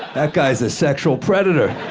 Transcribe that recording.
that guy's a sexual predator.